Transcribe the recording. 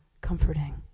comforting